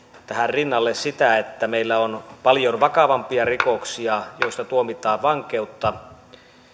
tähän rinnalle sitä että meillä on paljon vakavampia rikoksia joista tuomitaan vankeutta